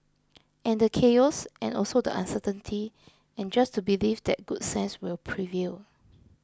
and the chaos and also the uncertainty and just to believe that good sense will prevail